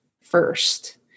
first